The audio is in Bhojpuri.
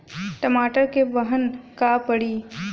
टमाटर क बहन कब पड़ी?